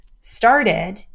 started